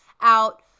out